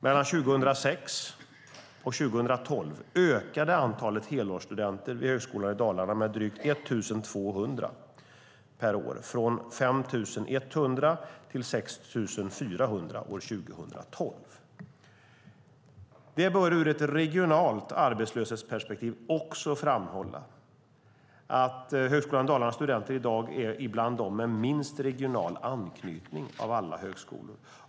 Mellan 2006 och 2012 ökade antalet helårsstudenter vid Högskolan Dalarna med drygt 1 200 från omkring 5 100 år 2006 till 6 400 år 2012. Det bör ur ett regionalt arbetslöshetsperspektiv också framhållas att Högskolan Dalarnas studenter i dag är bland dem med minst regional anknytning av studenterna vid alla högskolor.